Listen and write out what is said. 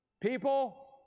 People